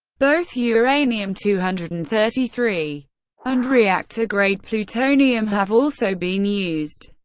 both uranium two hundred and thirty three and reactor-grade plutonium have also been used.